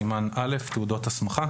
"סימן א': תעודות הסמכה